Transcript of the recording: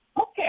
Okay